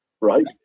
right